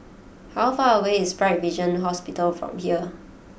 how far away is Bright Vision Hospital from here